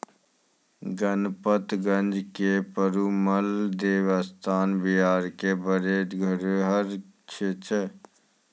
गणपतगंज के पेरूमल देवस्थान बिहार के बड़ो धरोहर छिकै